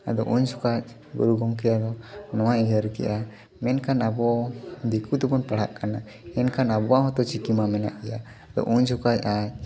ᱟᱫᱚ ᱩᱱᱡᱚᱠᱷᱟᱡ ᱜᱩᱨᱩ ᱜᱚᱢᱠᱮ ᱟᱨᱦᱚᱸ ᱱᱚᱣᱟᱭ ᱩᱭᱦᱟᱹᱨ ᱠᱮᱜᱼᱟ ᱢᱮᱱᱠᱷᱟᱱ ᱟᱵᱚ ᱫᱤᱠᱩ ᱛᱮᱵᱚᱱ ᱯᱟᱲᱦᱟᱜ ᱠᱟᱱᱟ ᱮᱱᱠᱷᱟᱱ ᱟᱵᱚᱣᱟᱜ ᱦᱚᱸᱛᱚ ᱪᱤᱠᱤ ᱢᱟ ᱢᱮᱱᱟᱜ ᱜᱮᱭᱟ ᱟᱫᱚ ᱩᱱ ᱡᱚᱠᱷᱟᱡ ᱟᱡ